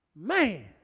Man